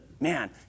man